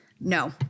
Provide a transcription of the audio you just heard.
No